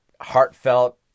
heartfelt